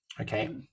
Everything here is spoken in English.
okay